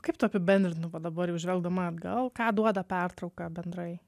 kaip tu apibendrintum nu va dabar jau žvelgdama atgal ką duoda pertrauka bendrai